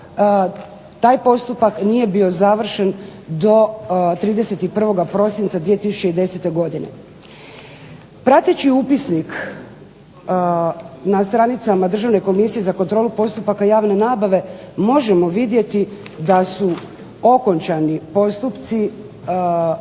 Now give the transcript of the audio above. taj postupak nije bio završen do 31. prosinca 2010. godine. Prateći upisnik na stranicama Državne komisije za kontrolu postupaka javne nabave možemo vidjeti da su okončani postupci,